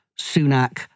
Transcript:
Sunak